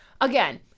Again